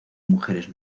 mujeres